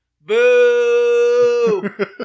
Boo